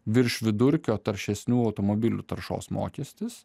virš vidurkio taršesnių automobilių taršos mokestis